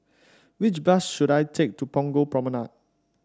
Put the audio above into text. which bus should I take to Punggol Promenade